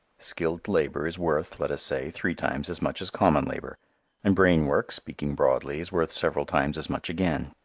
skilled labor is worth, let us say, three times as much as common labor and brain work, speaking broadly, is worth several times as much again.